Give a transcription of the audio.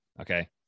Okay